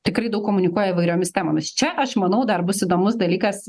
tikrai daug komunikuoja įvairiomis temomis čia aš manau dar bus įdomus dalykas